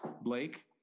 Blake